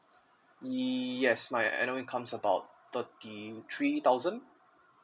yes my annual income is about thirty three thousand